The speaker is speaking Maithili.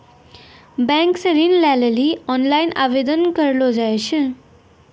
बैंक से ऋण लै लेली ओनलाइन आवेदन करलो जाय छै